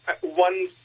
one